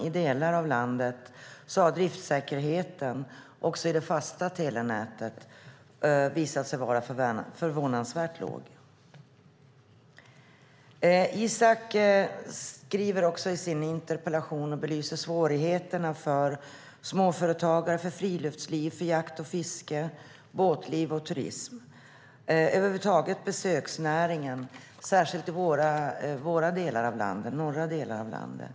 I delar av landet har driftsäkerheten också i det fasta telenätet visat sig vara förvånansvärt låg. Isak From belyser också i sin interpellation svårigheterna för småföretagare, för friluftsliv, för jakt och fiske, för båtliv och turism och över huvud taget för besöksnäringen, särskilt i vår del av landet, alltså i den norra delen av landet.